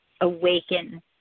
awaken